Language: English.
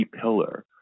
pillar